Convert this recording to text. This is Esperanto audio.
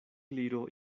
gliro